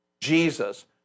Jesus